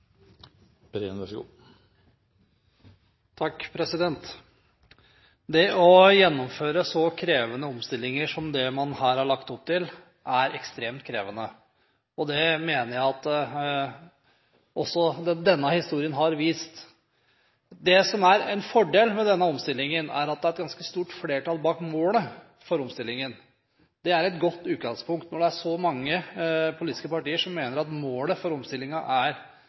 å gjennomføre så store omstillinger som det man her har lagt opp til, er ekstremt krevende. Det mener jeg at også denne historien har vist. Det som er en fordel med denne omstillingen, er at det er et ganske stort flertall bak målet for omstillingen. Det er et godt utgangspunkt når det er så mange politiske partier som mener at målet for omstillingen er